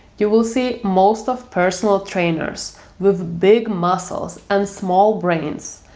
you will see most of personal trainers with big muscles and small brains,